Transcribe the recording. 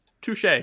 touche